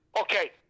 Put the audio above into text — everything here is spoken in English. Okay